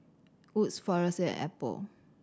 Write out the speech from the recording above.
Wood's Frisolac and Apple